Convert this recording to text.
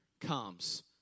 comes